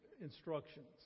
instructions